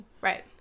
Right